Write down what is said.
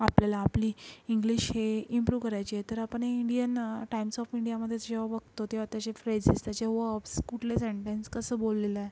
आपल्याला आपली इंग्लिश हे इम्प्रूव करायचे तर आपण हे इंडियन टाईम्स ऑफ इंडियामध्ये जेव्हा बघतो तेव्हा त्याचे फ्रेजेस त्याचे वब्ज् कुठले सेन्टेन्स कसं बोललेलं आहे